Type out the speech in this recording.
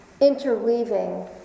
interweaving